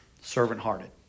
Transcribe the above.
Servant-hearted